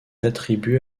attribué